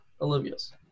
Olivia's